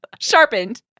Sharpened